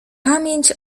pamięć